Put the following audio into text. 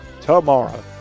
tomorrow